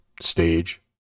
stage